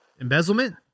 Embezzlement